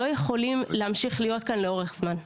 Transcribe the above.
לא יכולים להמשיך להיות כאן לאורך זמן.